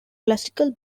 classical